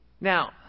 Now